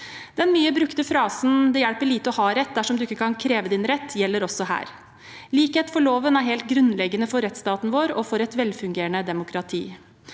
Den mye brukte frasen «det hjelper lite å ha rett dersom du ikke kan kreve din rett», gjelder også her. Likhet for loven er helt grunnleggende for rettsstaten vår og for et velfungerende demokrati.